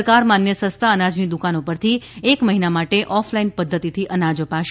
સરકાર માન્ય સસ્તા અનાજની દુકાનો પરથી એક મહિના માટે ઓફ લાઇન પધ્ધતિથી અનાજ અપાશે